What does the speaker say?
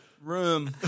room